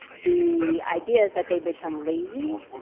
the ideas that they become lazy,